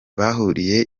bahuriye